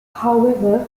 however